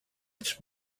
its